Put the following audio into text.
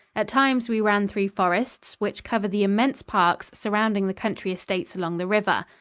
at times we ran through forests, which cover the immense parks surrounding the country estates along the river.